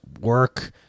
work